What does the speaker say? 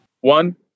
One